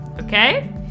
Okay